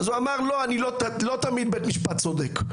אז הוא אמר, לא תמיד בית משפט צודק.